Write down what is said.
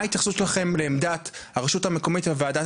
מה ההתייחסות שלכם לעמדת הרשות המקומית ולוועדת